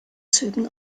zügen